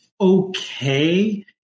okay